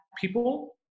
people